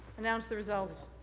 announce the result.